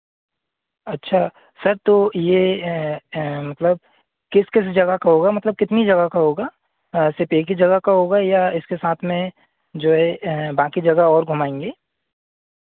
अच्छा सर तो यह मतलब किस किस जगह का होगा मतलब कितनी जगह का होगा सिर्फ एक ही जगह का होगा या इसके साथ में जो है बाकी जगह और घुमाएँगे